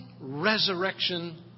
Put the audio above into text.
resurrection